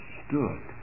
stood